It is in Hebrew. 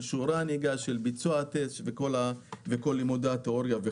שיעורי הנהיגה וביצוע הטסט וכל לימודי התאוריה.